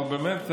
אבל באמת,